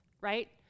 right